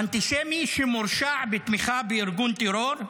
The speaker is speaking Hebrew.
אנטישמי שמורשע בתמיכה בארגון טרור,